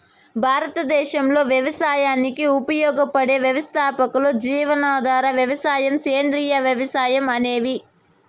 భారతదేశంలో వ్యవసాయానికి ఉపయోగపడే వ్యవస్థలు జీవనాధార వ్యవసాయం, సేంద్రీయ వ్యవసాయం అనేవి